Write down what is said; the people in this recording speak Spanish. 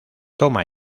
toma